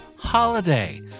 holiday